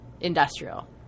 industrial